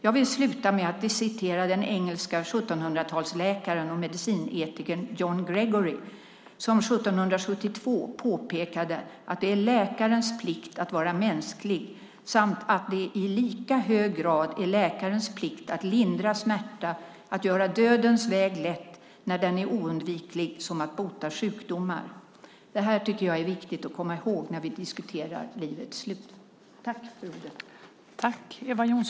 Jag vill avsluta med att citera den engelska 1700-talsläkaren och medicinetikern John Gregory som 1772 påpekade att det är läkarens plikt att vara mänsklig samt att "det i lika hög grad är läkarens plikt att lindra smärta, att göra dödens väg lätt, när den är oundviklig som att bota sjukdomar". Detta tycker jag är viktigt att komma ihåg när vi diskuterar livets slut.